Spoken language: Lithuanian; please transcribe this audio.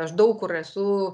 aš daug kur esu